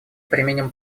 примем